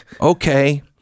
Okay